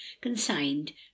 consigned